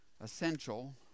Essential